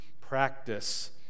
Practice